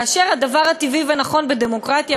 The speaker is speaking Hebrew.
כאשר הדבר הטבעי והנכון בדמוקרטיה,